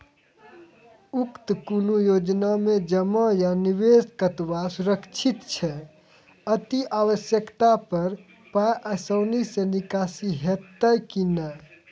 उक्त कुनू योजना मे जमा या निवेश कतवा सुरक्षित छै? अति आवश्यकता पर पाय आसानी सॅ निकासी हेतै की नै?